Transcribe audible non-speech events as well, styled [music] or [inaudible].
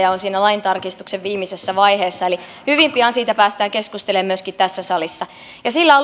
siinä laintarkistuksen viimeisessä vaiheessa eli hyvin pian siitä päästään keskustelemaan myöskin tässä salissa siinä on [unintelligible]